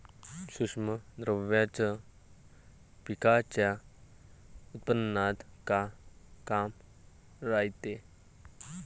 सूक्ष्म द्रव्याचं पिकाच्या उत्पन्नात का काम रायते?